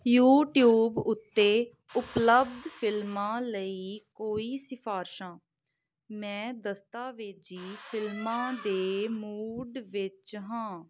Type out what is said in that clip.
YouTube ਉੱਤੇ ਉਪਲੱਬਧ ਫਿਲਮਾਂ ਲਈ ਕੋਈ ਸਿਫਾਰਸ਼ਾਂ ਮੈਂ ਦਸਤਾਵੇਜ਼ੀ ਫਿਲਮਾਂ ਦੇ ਮੂਡ ਵਿੱਚ ਹਾਂ